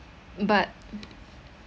but